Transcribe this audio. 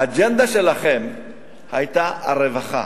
האג'נדה שלכם היתה על רווחה,